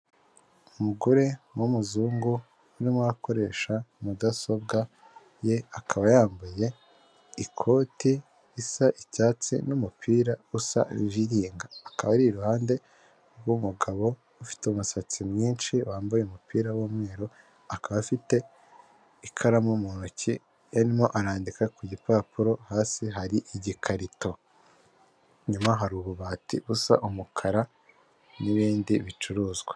Umugore w'umuzungu urimo arakoresha mudasobwa ye, akaba yambaye ikoti risa icyatsi n'umupira usa iviringa, akaba ari iruhande rw'umugabo ufite umusatsi mwinshi wambaye umupira w'umweru, akaba afite ikaramu mu ntoki arimo arandika ku gipapuro hasi hari igikarito. Inyuma hari ububati busa umukara n'ibindi bicuruzwa.